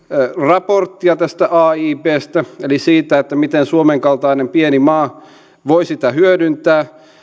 raporttia tästä aiibstä eli siitä miten suomen kaltainen pieni maa voi sitä hyödyntää